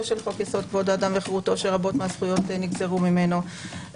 של חוק יסוד: כבוד האדם וחירותו שרבות מהזכויות נגזרו ממנו,